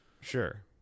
Sure